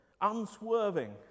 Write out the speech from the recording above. unswerving